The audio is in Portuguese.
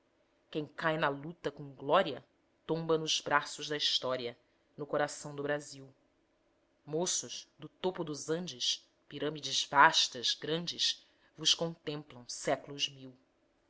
quem cai na luta com glória tomba nos braços da história no coração do brasil moços do topo dos andes pirâmides vastas grandes vos contemplam séc'los mil